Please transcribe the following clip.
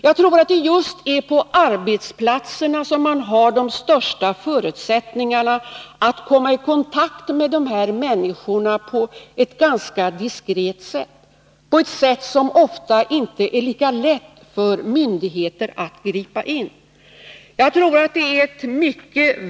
Jag tror att det är just på arbetsplatserna som man har de bästa förutsättningarna att komma i kontakt med dessa människor på ett diskret sätt, så att myndigheter inte lika lätt behöver gripa in.